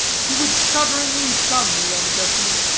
he would shudderingly shun the young gentleman.